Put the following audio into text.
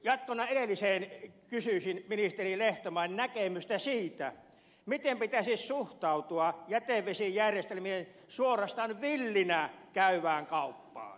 jatkona edelliseen kysyisin ministeri lehtomäen näkemystä siitä miten pitäisi suhtautua jätevesijärjestelmien suorastaan villinä käyvään kauppaan